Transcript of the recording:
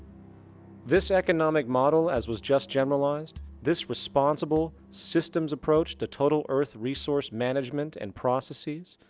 this economic model, as was just generalized. this responsible, systems approach to total earth resource management and processes,